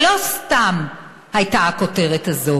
ולא סתם הייתה הכותרת הזאת.